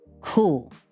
cool